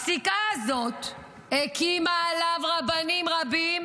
הפסיקה הזאת הקימה עליו רבנים רבים,